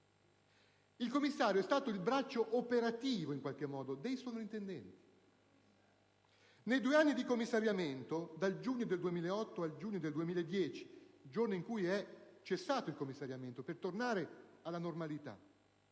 il commissario è stato il braccio operativo, in qualche modo, dei soprintendenti. Nei due anni di commissariamento, dal giugno 2008 al giugno 2010, giorno in cui è cessato il commissariamento per tornare alla normalità,